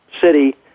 City